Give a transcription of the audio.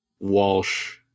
Walsh